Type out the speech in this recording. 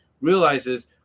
realizes